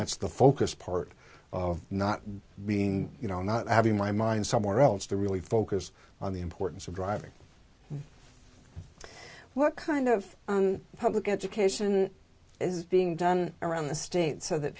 that's the focus part of not being you know not having my mind somewhere else to really focus on the importance of driving what kind of public education is being done around the state so that